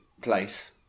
place